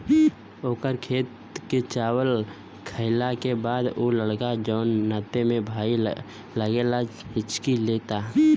ओकर खेत के चावल खैला के बाद उ लड़का जोन नाते में भाई लागेला हिच्की लेता